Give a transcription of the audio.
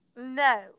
No